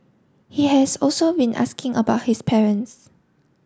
he has also been asking about his parents